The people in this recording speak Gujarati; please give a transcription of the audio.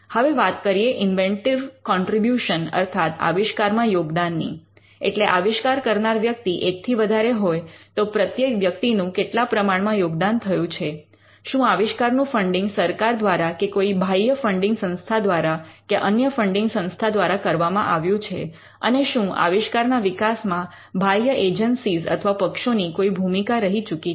હવે વાત કરીએ ઇન્વેન્ટિવ કન્ટ્રિબ્યૂશન અર્થાત આવિષ્કારમાં યોગદાનની એટલે આવિષ્કાર કરનાર વ્યક્તિ એકથી વધારે હોય તો પ્રત્યેક વ્યક્તિનું કેટલા પ્રમાણમાં યોગદાન થયું છે શું આવિષ્કારનું ફંડિંગ સરકાર દ્વારા કે કોઈ બાહ્ય ફંડિંગ સંસ્થા દ્વારા કે અન્ય ફંડિંગ સંસ્થા દ્વારા કરવામાં આવ્યું છે અને શું આવિષ્કારના વિકાસમાં બાહ્ય એજન્સી અથવા પક્ષોની કોઈ ભૂમિકા રહી ચૂકી છે